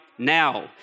Now